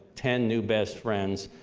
ten new best friends,